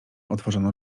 otworzono